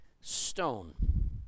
stone